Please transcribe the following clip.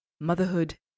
motherhood